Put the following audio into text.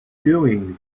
doing